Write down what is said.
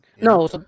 No